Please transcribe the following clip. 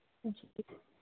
जी